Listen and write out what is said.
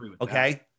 okay